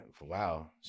wow